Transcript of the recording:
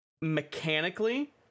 mechanically